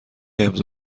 امضا